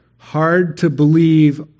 hard-to-believe